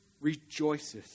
rejoices